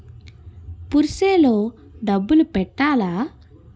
Purse లో డబ్బులు పెట్టలా?